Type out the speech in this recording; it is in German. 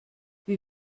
wie